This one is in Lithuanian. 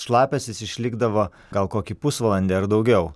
šlapias jis išlikdavo gal kokį pusvalandį ar daugiau